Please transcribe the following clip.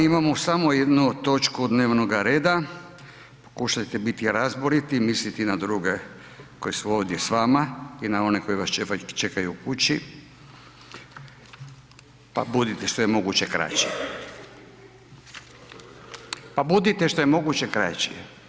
Imamo samo jednu točku dnevnoga reda, pokušajte biti razboriti i misliti na druge koji su ovdje s vama i na one koji vas čekaju u kući, pa budite što je moguće kraći, pa budite što je moguće kraći.